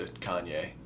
Kanye